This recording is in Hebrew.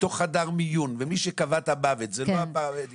לתוך חדר מיון ומי שקבע את המוות זה לא הפרמדיק